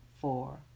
four